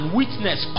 witness